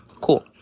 cool